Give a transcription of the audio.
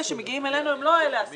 אלה שמגיעים אלינו הם לא השמחים